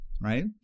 right